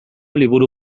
liburu